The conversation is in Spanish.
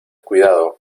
cuidado